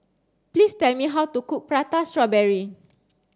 please tell me how to cook prata strawberry